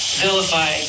vilify